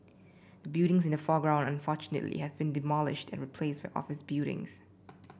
the buildings in the foreground unfortunately have been demolished and replaced by office buildings